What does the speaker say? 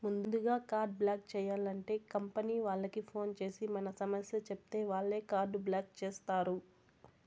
ముందుగా card block చేయాలంటే company వాళ్లకి ఫోన్ చేసి మన సమస్య చెప్పితే వాళ్లే కార్డు బ్లాక్ చేస్తారు